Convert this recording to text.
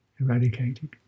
eradicated